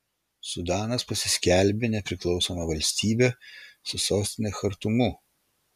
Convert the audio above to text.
sudanas pasiskelbė nepriklausoma valstybe su sostine chartumu